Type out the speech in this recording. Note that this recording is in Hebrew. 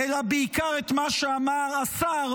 -- אלא בעיקר את מה שאמר השר,